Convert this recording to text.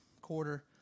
quarter